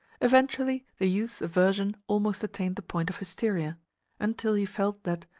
eventually the youth's aversion almost attained the point of hysteria until he felt that,